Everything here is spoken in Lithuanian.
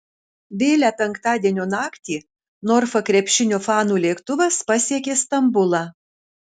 vėlią penktadienio naktį norfa krepšinio fanų lėktuvas pasiekė stambulą